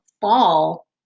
fall